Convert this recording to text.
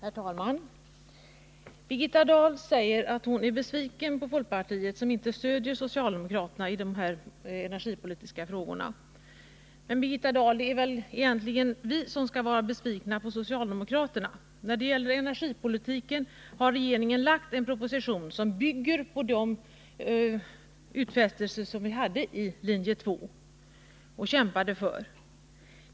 Herr talman! Birgitta Dahl säger att hon är besviken på folkpartiet, som inte stöder socialdemokraterna i de här energipolitiska frågorna. Men, Birgitta Dahl, det är väl egentligen vi som skall vara besvikna på socialdemokraterna. När det gäller energipolitiken har regeringen lagt fram en proposition som bygger på de utfästelser som vi gjorde i linje 2 och som vi kämpade för.